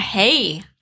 Hey